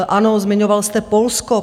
Ano, zmiňoval jste Polsko.